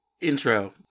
intro